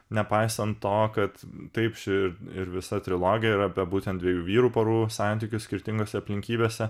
nepaisant to kad taip ši ir visa trilogija yra apie būtent dviejų vyrų porų santykius skirtingose aplinkybėse